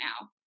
now